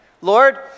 Lord